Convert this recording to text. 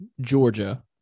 Georgia